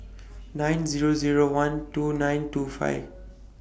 nine Zero Zero one two nine two five